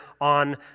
on